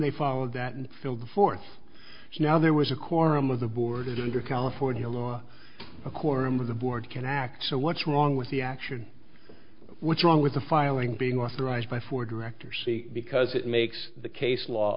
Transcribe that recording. they follow that and fill before now there was a quorum of the board and under california law a quorum of the board can act so what's wrong with the action what's wrong with the filing being authorized by four directors see because it makes the case law